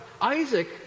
Isaac